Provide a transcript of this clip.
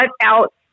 out